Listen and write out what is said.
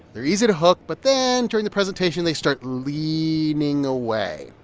they're easy to hook. but then during the presentation, they start leaning away,